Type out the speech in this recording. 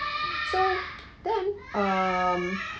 so then um